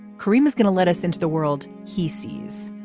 karim is going to let us into the world. he sees.